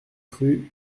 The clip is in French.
rue